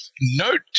note